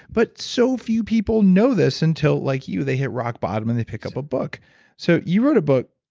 but so few people know this until like you they hit rock bottom and they pick up a book so you wrote a book,